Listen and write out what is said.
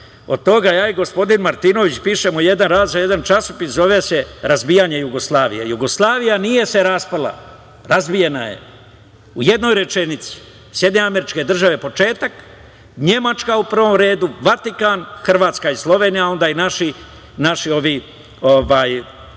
vremena. Ja i gospodin Martinović pišemo jedan rad za jedan časopis. Zove se „Razbijanje Jugoslavije“. Jugoslavija nije se raspala, razbijena je. U jednoj rečenici, SAD početak, Nemačka u prvom redu, Vatikan, Hrvatska i Slovenija, a onda i naše